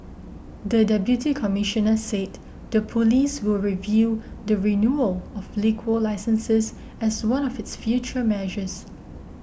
the Deputy Commissioner said the police will review the renewal of liquor licences as one of its future measures